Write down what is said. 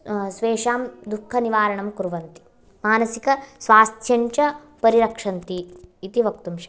स्वेषां दुःखनिवारणं कुर्वन्ति मानसिकस्वास्थ्यं च परिरक्षन्ति इति वक्तुं शक्यते